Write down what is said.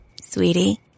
Sweetie